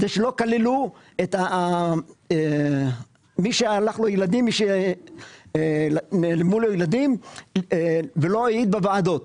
שלא כללו את מי שנעלמו לו ילדים ולא העיד בוועדות.